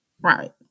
Right